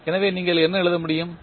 எனவே நீங்கள் என்ன எழுத முடியும்